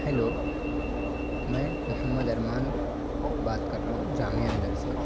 hello میں محمد ارمان بات کر رہا ہوں جامعہ نگر سے